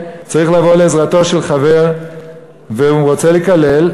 צריך לבוא לעזרתו של חבר והוא רוצה לקלל,